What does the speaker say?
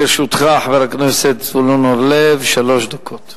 לרשותך, חבר הכנסת זבולון אורלב, שלוש דקות.